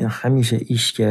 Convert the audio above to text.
Men hamisha ishga